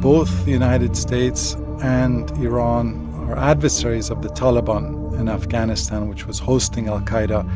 both the united states and iran were adversaries of the taliban in afghanistan which was hosting al-qaida.